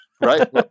Right